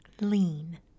Lean